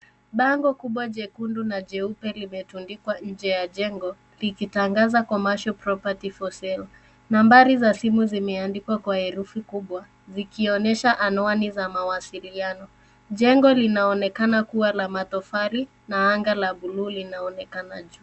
Bango kubwa jekundu na jeupe limetundikwa nje ya jengo likitangaza commercial property for sale. Nambari za simu zimeandikwa kwa herufi kubwa zikionyesha anwani za mawasiliano. Jengo linaonekana kuwa la matofali na anga la bluu linaonekana juu.